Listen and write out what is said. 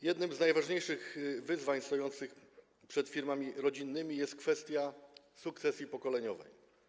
Jednym z najważniejszych wyzwań stojących przed firmami rodzinnymi jest kwestia sukcesji pokoleniowej.